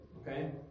okay